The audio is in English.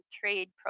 trade